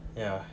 ya